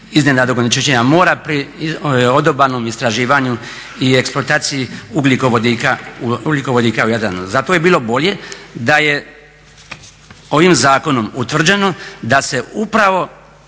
iznenadnog onečišćenja mora pri odobalnomo istraživanju i eksploataciji ugljikovodika u Jadranu. Zato je bilo bolje da je ovim zakonom utvrđeno da se upravo